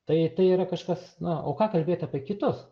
tai tai yra kažkas na o ką kalbėt apie kitus